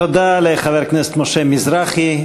תודה לחבר הכנסת משה מזרחי.